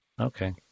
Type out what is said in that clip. Okay